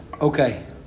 Okay